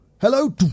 Hello